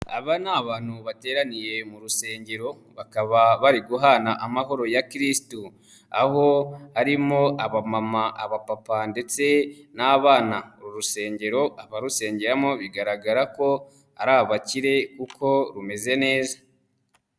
Aba ni abantu bateraniye mu rusengero bakaba bari guhana amahoro ya Kristu, aho arimo abamama abapapa ndetse n'abana. Uru rusengero abarusengeramo bigaragara ko ari abakire kuko rumeze neza.